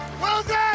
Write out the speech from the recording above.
Wilson